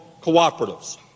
cooperatives